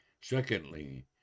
secondly